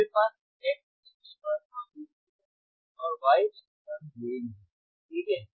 मेरे पास x अक्ष पर आवृत्ति है और y अक्ष पर गेन है ठीक है